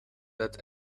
that